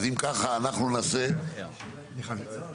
עכשיו,